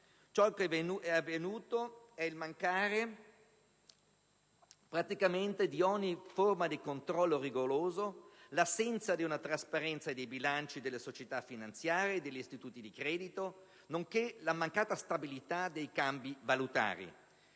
Ciò che è avvenuto è la mancanza di ogni forma di controllo rigoroso, l'assenza di una trasparenza dei bilanci delle società finanziarie e degli istituti di credito, nonché la mancata stabilità dei cambi valutari.